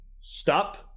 stop